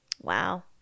Wow